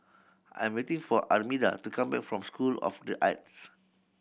I am waiting for Armida to come back from School of The Arts